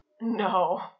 No